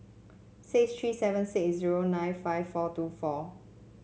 six three seven six zero nine five four two four